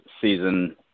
season